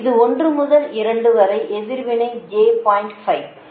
இது 1 முதல் 2 வரை எதிர்வினை j 0